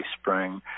spring